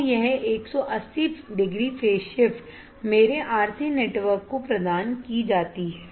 तो यह 180 degree phase shift मेरे RC नेटवर्क को प्रदान की जाती है